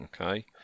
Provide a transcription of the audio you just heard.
Okay